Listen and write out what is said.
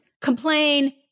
complain